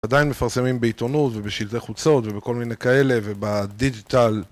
עדיין מפרסמים בעיתונות ובשלטי חוצות ובכל מיני כאלה ובדיגיטל